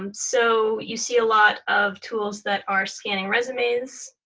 um so you see a lot of tools that are scanning resumes.